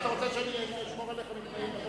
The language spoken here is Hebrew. אתה רוצה שאני אשמור עליך מחבר הכנסת בר-און?